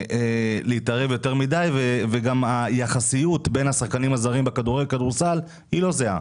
להתערב יותר מידי וגם היחסיות בין השחקנים הזרים בכדורגל היא לא זהה,